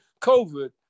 COVID